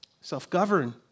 Self-govern